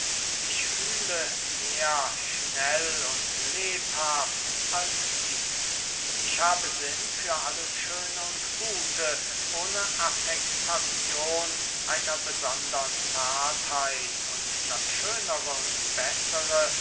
ich fühle mehr schnell und lebhaft als tief ich habe sinn für alles schöne und gute ohne affektazion einer besondern zartheit und das schönere und bessere